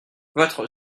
votre